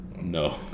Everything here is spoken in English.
No